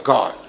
God